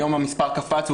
היום המספר קפץ,